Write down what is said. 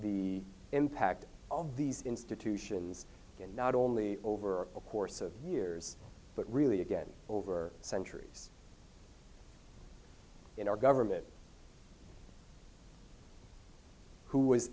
the impact on these institutions and not only over a course of years but really again over centuries in our government who was